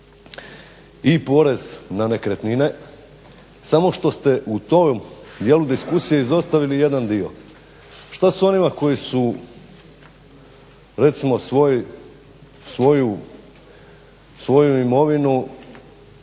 i porez na nekretnine samo što ste u tom dijelu diskusije izostavili jedan dio. Što s onima koji su recimo svoju imovinu